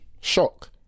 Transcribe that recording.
shock